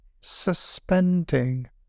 suspending